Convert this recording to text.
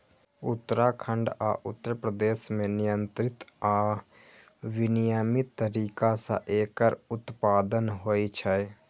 उत्तराखंड आ उत्तर प्रदेश मे नियंत्रित आ विनियमित तरीका सं एकर उत्पादन होइ छै